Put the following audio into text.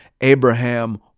Abraham